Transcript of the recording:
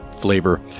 flavor